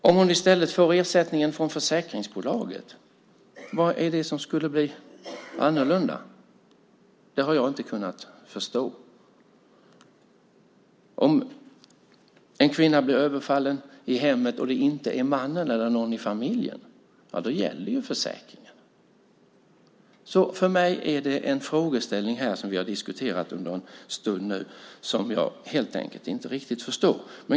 Om hon i stället får ersättningen från försäkringsbolaget, vad är det då som skulle bli annorlunda? Detta har jag inte kunnat förstå. Om en kvinna blir överfallen i hemmet och det inte är mannen eller någon i familjen som är skyldig så gäller ju försäkringen. Den frågeställning som vi nu har diskuterat kan jag helt enkelt inte riktigt förstå.